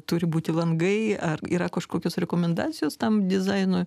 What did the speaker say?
turi būti langai ar yra kažkokios rekomendacijos tam dizainui